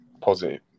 positive